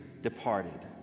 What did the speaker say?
departed